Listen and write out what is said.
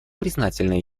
признательны